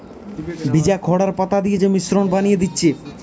ভিজা খড় আর পাতা দিয়ে যে মিশ্রণ বানিয়ে দিচ্ছে